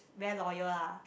very loyal lah